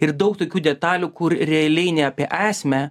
ir daug tokių detalių kur realiai ne apie esmę